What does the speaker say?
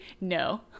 no